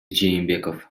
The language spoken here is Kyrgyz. жээнбеков